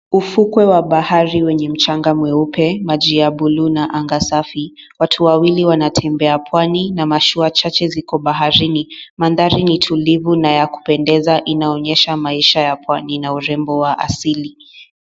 Ufuko wa bahari wenye Mwanga mweupe. Maji ya (cs) bluu(cs)na anga safi. watu wawili wanatembea pwani na mashua chache ziko baharini. Mandhari ni tulivu na ya kupendeza. Inaonyesha maisha ya pwani na urembo wa asili .